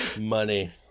Money